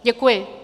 Děkuji.